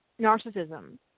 narcissism